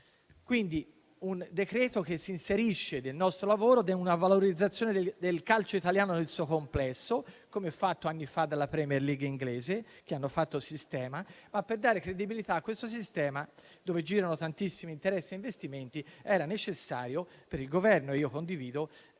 in esame si inserisce nel nostro lavoro per una valorizzazione del calcio italiano nel suo complesso, come fatto anni fa dalla Premier League inglese, che ha saputo fare sistema. Per dare credibilità a questo sistema dove girano tantissimi interessi e investimenti, per il Governo era necessario - e io condivido